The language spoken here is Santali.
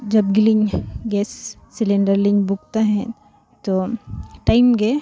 ᱡᱟᱯ ᱜᱮᱞᱤᱧ ᱜᱮᱥ ᱥᱤᱞᱤᱱᱰᱟᱨ ᱞᱤᱧ ᱵᱩᱠ ᱛᱟᱦᱮᱸᱫ ᱛᱚ ᱴᱟᱭᱤᱢ ᱜᱮ